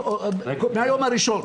מהיום הראשון.